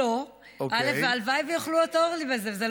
לא, והלוואי שיוכלו לעזור לי בזה.